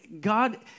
God